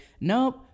nope